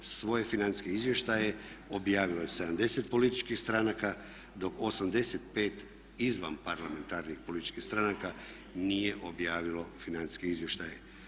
Svoje financijske izvještaje objavilo je 70 političkih stranaka dok 85 izvanparlamentarnih političkih stranaka nije objavilo financijske izvještaje.